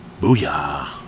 booyah